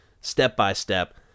step-by-step